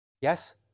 Yes